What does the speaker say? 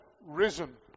risen